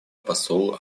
посол